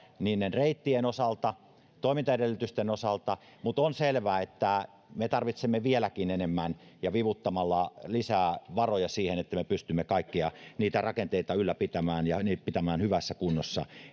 reittien osalta toimintaedellytysten osalta mutta on selvää että me tarvitsemme vieläkin enemmän vivuttamalla lisää varoja siihen että me pystymme kaikkia niitä rakenteita ylläpitämään ja pitämään hyvässä kunnossa